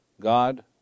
God